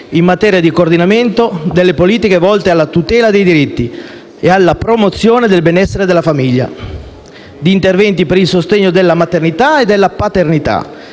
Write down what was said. in materia di coordinamento delle politiche volte alla tutela dei diritti e alla promozione del benessere della famiglia, di interventi per il sostegno della maternità e della paternità,